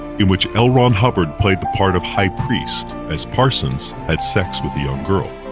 in which l. ron hubbard played the part of high priest as parsons had sex with a young girl.